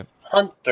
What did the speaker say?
hunter